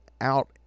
out